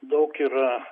daug yra